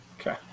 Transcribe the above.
Okay